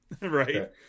right